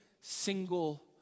single